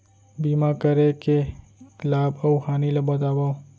बीमा करे के लाभ अऊ हानि ला बतावव